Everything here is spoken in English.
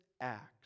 acts